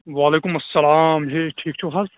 وعَليکمُ اسَلام جی ٹھيٖک چھِو حظ